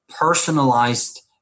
personalized